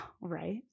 Right